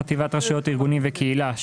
חטיבת רשויות ארגונים וקהילה,